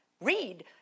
read